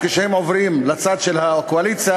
וכשהם עוברים לצד של הקואליציה,